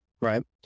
right